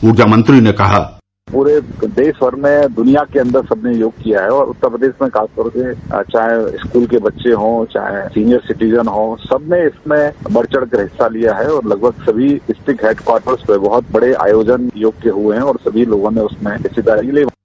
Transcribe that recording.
ऊर्जा मंत्री ने कहा पूरे देश भर में दुनिया के अन्दर सबने योग किया है और उत्तर प्रदेश ने खास तौर से चाहे स्कूल के बच्चे हों चाहे सीनियर सिटिजन हों सव ने इसमें बढ़ चढ़कर हिस्सा लिया है और लगभग सभी डिप्रिक हेड क्वार्टर पर बहुत बड़े आयोजन योग हुये हैं और सभी लोगों ने उसमें हिस्सेदारी ली